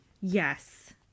Yes